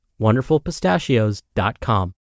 wonderfulpistachios.com